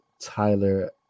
Tyler